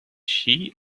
she